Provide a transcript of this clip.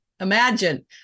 imagine